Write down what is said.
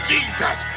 Jesus